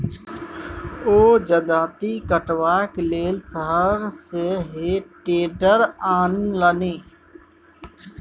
ओ जजाति कटबाक लेल शहर सँ हे टेडर आनलनि